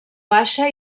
baixa